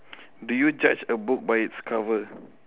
do you judge a book by it's cover